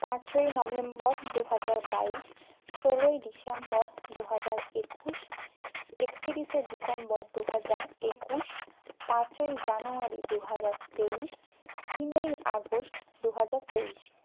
পাঁচই নভেম্বর দুহাজার বাইশ ষোলোই ডিসেম্বর দুহাজার একুশ একত্রিশে ডিসেম্বর দুহাজার একুশ পাঁচই জানুয়ারি দুহাজার তেইশ তিনোই আগস্ট দুহাজার তেইশ